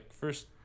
first